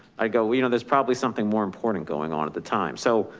i go, well you know there's probably something more important going on at the time. so.